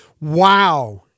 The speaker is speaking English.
Wow